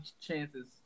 chances